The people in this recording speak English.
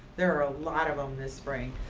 there are a lot of them this spring.